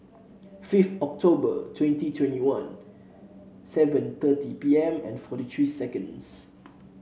fifth October twenty twenty one seven thirty P M and forty three seconds